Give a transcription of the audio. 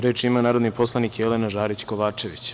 Reč ima narodni poslani Jelena Žarić Kovačević.